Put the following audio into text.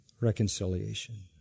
reconciliation